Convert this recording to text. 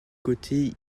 côtés